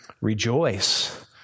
rejoice